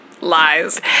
Lies